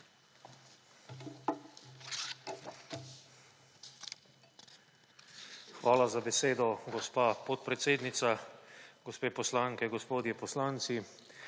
Hvala za besedo, gospa podpredsednica. Gospe poslanke, gospodje poslanci!